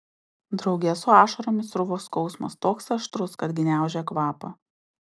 drauge su ašaromis sruvo skausmas toks aštrus kad gniaužė kvapą